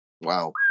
Wow